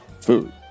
food